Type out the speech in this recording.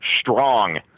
Strong